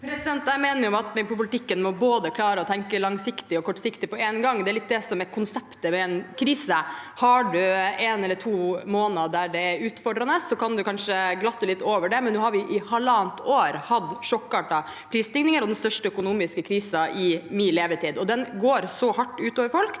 Jeg mener at vi i politikken må klare å tenke både langsiktig og kortsiktig på én gang, det er litt det som er konseptet ved en krise. Har man én eller to måneder som er utfordrende, kan man kanskje glatte litt over det, men nå har vi i halvannet år hatt sjokkartede prisstigninger og den største økonomiske krisen i min levetid. Den går så hardt ut over folk